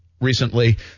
recently